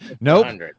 Nope